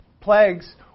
plagues